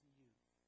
youth